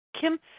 Kim